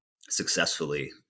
successfully